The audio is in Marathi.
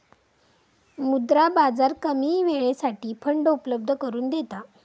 मुद्रा बाजार कमी वेळेसाठी फंड उपलब्ध करून देता